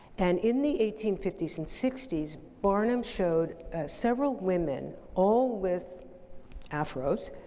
and in the eighteen fifty s and sixty s, barnum showed several women all with afros